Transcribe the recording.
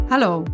Hallo